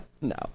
No